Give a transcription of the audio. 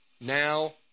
Now